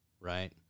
right